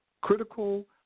Critical